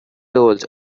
rolls